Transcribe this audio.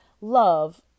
love